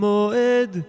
Moed